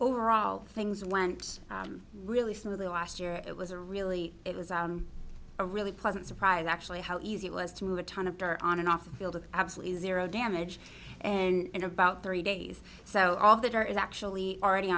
overall things went really smoothly last year it was a really it was a really pleasant surprise actually how easy it was to move a ton of dirt on and off the field of absolutely zero damage and about three days so all that are is actually already